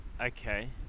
Okay